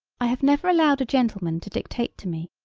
i have never allowed a gentleman to dictate to me,